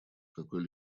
какой